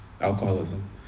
alcoholism